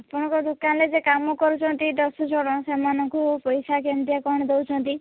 ଆପଣଙ୍କ ଦୋକାନରେ ଯିଏ କାମ କରୁଛନ୍ତି ଦଶଜଣ ସେମାନଙ୍କୁ ପଇସା କେମିତିଆ କ'ଣ ଦଉଛନ୍ତି